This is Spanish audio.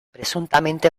presuntamente